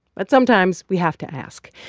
but sometimes, we have to ask,